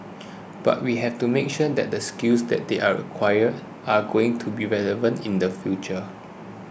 but we have to make sure that the skills that they are acquire are going to be relevant in the future